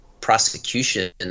prosecution